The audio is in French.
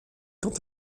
quant